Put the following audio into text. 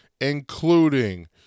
including